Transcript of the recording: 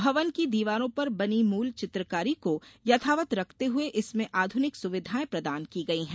भवन की दीवारों पर बनी मूल चित्रकारी को यथावत रखते हुए इसमें आधुनिक सुविधाएं प्रदान की गई है